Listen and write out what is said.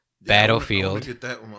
Battlefield